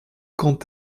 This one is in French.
quand